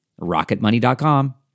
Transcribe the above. rocketmoney.com